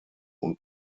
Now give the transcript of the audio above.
und